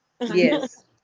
Yes